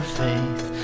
faith